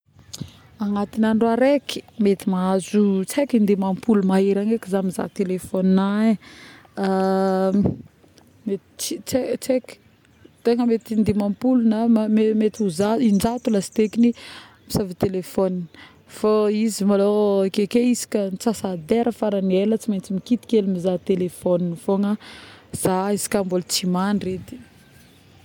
agnaty andro araiky mety mahazo tsiaky in-dimampolo mahery agny eky za mizaha telephone-na ee˂hesitation˃ mety tsy, tsy haiky tegna mety in-dimampolo na mety ho zato, in-jato lastekiny mizava telephone fô izy malôha akeke isaka antsasan-dera faragny ela tsy maintsy mikitika hely mizaha telaphone fôgna za izy ka mbola tsy mandry edy